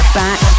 back